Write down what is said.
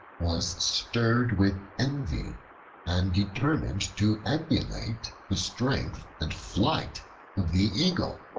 was stirred with envy and determined to emulate the strength and flight of the eagle.